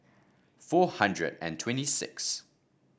four hundred and twenty sixth